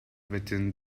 within